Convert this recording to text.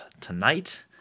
tonight